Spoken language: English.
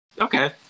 Okay